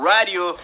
Radio